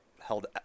held